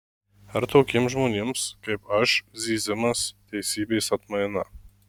ar tokiems žmonėms kaip aš zyzimas teisybės atmaina